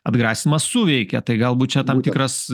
atgrasymas suveikė tai galbūt čia tam tikras